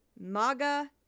MAGA